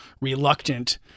reluctant